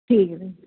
ਠੀਕ ਵੀਰ ਜੀ